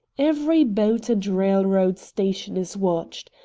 every boat and railroad station is watched.